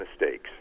mistakes